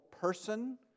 person